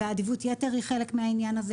ואדיבות יתר היא חלק מהעניין הזה.